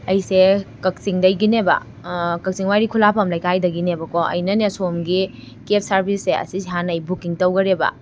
ꯑꯩꯁꯦ ꯀꯛꯆꯤꯡꯗꯒꯤꯅꯦꯕ ꯀꯛꯆꯤꯡ ꯋꯥꯏꯔꯤ ꯈꯨꯂꯥꯛꯄꯝ ꯂꯩꯀꯥꯏꯗꯒꯤꯅꯦꯕꯀꯣ ꯑꯩꯅꯅꯦ ꯁꯣꯝꯒꯤ ꯀꯦꯞ ꯁꯥꯔꯚꯤꯁꯁꯦ ꯑꯁꯤꯁꯦ ꯍꯥꯟꯅ ꯑꯩ ꯕꯨꯛꯀꯤꯡ ꯇꯧꯈꯔꯦꯕ